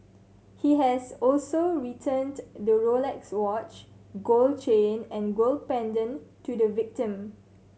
he has also returned the Rolex watch gold chain and gold pendant to the victim